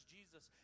Jesus